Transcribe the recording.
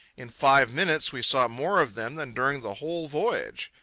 in five minutes we saw more of them than during the whole voyage.